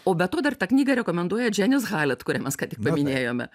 o be to dar tą knygą rekomenduoja džianis halet kurią mes ką tik paminėjome